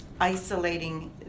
isolating